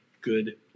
good